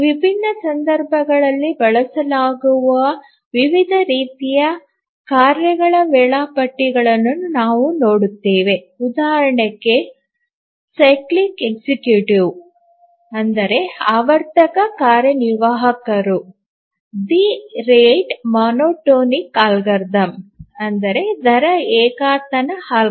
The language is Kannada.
ವಿಭಿನ್ನ ಸಂದರ್ಭಗಳಲ್ಲಿ ಬಳಸಲಾಗುವ ವಿವಿಧ ರೀತಿಯ ಕಾರ್ಯಗಳ ವೇಳಾಪಟ್ಟಿ ಗಳನ್ನು ನಾವು ನೋಡುತ್ತೇವೆ ಉದಾಹರಣೆಗೆ ಸೈಕ್ಲಿಕ್ ಎಕ್ಸಿಕ್ಯೂಟಿವ್ಆವರ್ತಕ ಕಾರ್ಯನಿರ್ವಾಹಕರುದಿ ರೇಟ್ ಮೋನೋಟೋನಿಕ್ ಆಲ್ಗರಿದಮ್ದರ ಏಕತಾನ ಅಲ್ಗಾರಿದಮ್ ಮತ್ತು the earliest deadline first algorithm ಆರಂಭಿಕ ಗಡುವು ಮೊದಲ ಅಲ್ಗಾರಿದಮ್